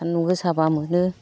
सान्दुं गोसाबा मोनो